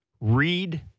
read